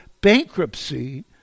bankruptcy